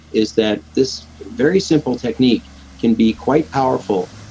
is that this very simple technique can be quite powerful,